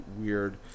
weird